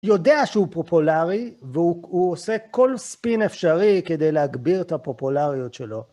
יודע שהוא פופולרי והוא הוא עושה כל ספין אפשרי כדי להגביר את הפופולריות שלו.